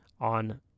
on